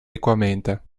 equamente